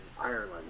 Ireland